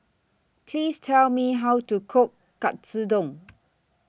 Please Tell Me How to Cook Katsudon